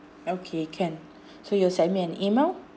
okay can so you'll send me an email